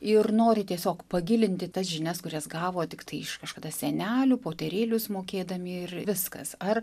ir nori tiesiog pagilinti tas žinias kurias gavo tiktai iš kažkada sienelių poterėlius mokėdami ir viskas ar